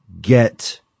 get